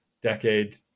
decade